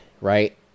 Right